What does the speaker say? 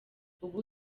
ubu